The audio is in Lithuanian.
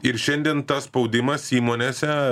ir šiandien tas spaudimas įmonėse